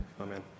amen